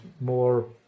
more